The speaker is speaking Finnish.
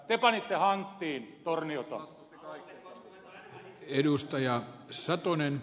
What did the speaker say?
te panitte hanttiin torniolle